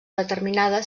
determinada